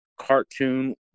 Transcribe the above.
cartoon